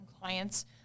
clients